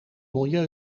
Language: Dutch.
milieu